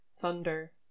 Thunder